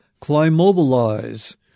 Climobilize